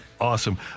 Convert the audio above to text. awesome